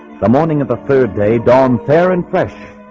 the morning of the third day dawn fair and fresh.